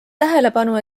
tähelepanu